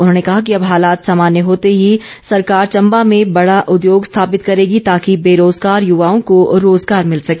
उन्होंने कहा कि अब हालात सामान्य होते की सरकार चम्बा में बड़ा उद्योग स्थापित करेगी ताकि बेरोजगार यूवाओं को रोजगार मिल सके